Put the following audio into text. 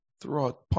throughout